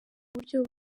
buryo